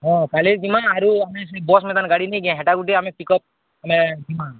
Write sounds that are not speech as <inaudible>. ହଁ କାଲି ଯିମା ଆରୁ ଆମେ ସେଇ ବସ୍ <unintelligible> ଗାଡ଼ି ନେଇକେ ହେଟାକୁ ଟିକିଏ ଆମେ ପିକଅପ୍ ଆମେ ଯିମା